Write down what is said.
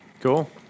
Cool